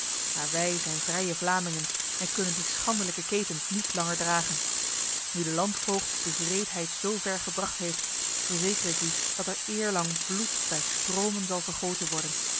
maar wij zijn vrije vlamingen en kunnen die schandelijke ketens niet langer dragen nu de landvoogd de wreedheid zover gebracht heeft verzeker ik u dat er eerlang bloed bij stromen zal vergoten worden